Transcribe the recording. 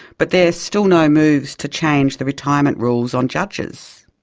but there are still no moves to change the retirement rules on judges.